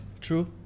True